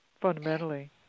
fundamentally